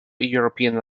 european